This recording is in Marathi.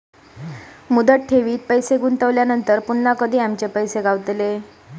मुदत ठेवीत पैसे गुंतवल्यानंतर पुन्हा कधी आमचे पैसे गावतले?